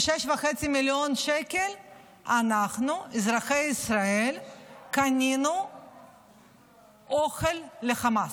ב-6.5 מיליון שקל אנחנו אזרחי ישראל קנינו אוכל לחמאס.